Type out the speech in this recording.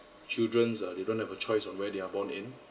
children uh they don't have a choice of where they are born in